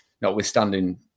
notwithstanding